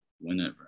whenever